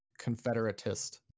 Confederatist